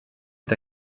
est